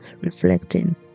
reflecting